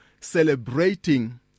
celebrating